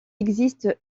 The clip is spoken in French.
existe